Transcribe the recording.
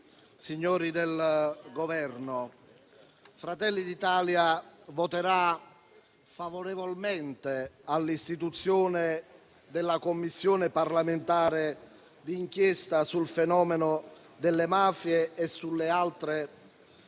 signori del Governo, il Gruppo Fratelli d'Italia voterà favorevolmente all'istituzione della Commissione parlamentare d'inchiesta sul fenomeno delle mafie e sulle altre associazioni